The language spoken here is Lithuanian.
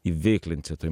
įveiklint čia toj